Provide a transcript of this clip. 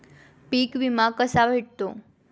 पीक विमा कसा भेटतो?